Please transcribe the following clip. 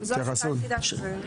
וההמלצה של הלשכה המשפטית ועדת החוקה,